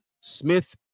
Smith